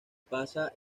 pasa